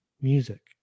music